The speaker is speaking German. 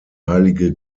heilige